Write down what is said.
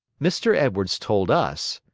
mr. edwards told us,